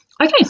okay